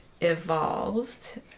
evolved